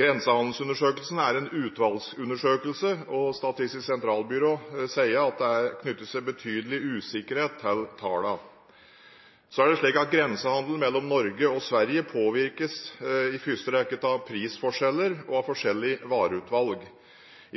Grensehandelsundersøkelsen er en utvalgsundersøkelse, og Statistisk sentralbyrå sier at det knytter seg betydelig usikkerhet til tallene. Grensehandelen mellom Norge og Sverige påvirkes i første rekke av prisforskjeller og av forskjellig vareutvalg.